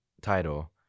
title